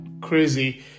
crazy